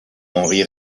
henri